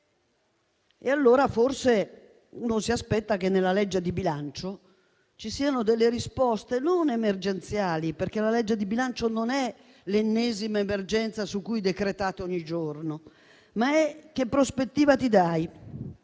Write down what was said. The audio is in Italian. Allora forse uno si aspetta che nella legge di bilancio ci siano delle risposte non emergenziali, perché la legge di bilancio non è l'ennesima emergenza su cui decretate ogni giorno, ma di prospettiva. Mi